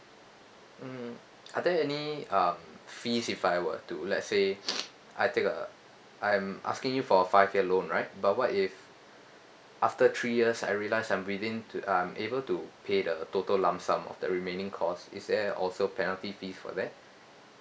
um are there any uh fees if I were to let's say I take a I'm asking you for a five year loan right but what if after three years I realize I'm within uh I'm able to pay the total lump sum of the remaining cost is there also penalty fee for that